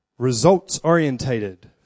Results-orientated